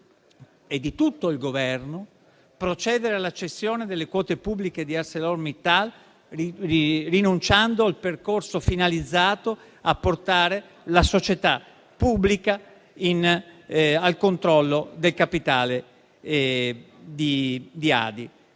- di tutto il Governo - procedere alla cessione delle quote pubbliche di ArcelorMittal, rinunciando al percorso finalizzato a portare la società pubblica al controllo del capitale di ADI.